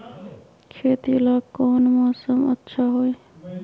खेती ला कौन मौसम अच्छा होई?